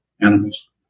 animals